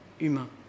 humain